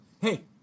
Hey